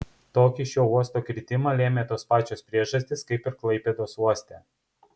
tokį šio uosto kritimą lėmė tos pačios priežastys kaip ir klaipėdos uoste